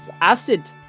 acid